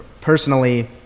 personally